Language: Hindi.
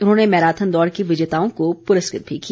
उन्होंने मैराथन दौड़ के विजेताओं को पुरस्कृत भी किया